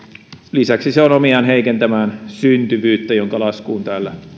lisäksi se on omiaan heikentämään syntyvyyttä jonka laskuun täällä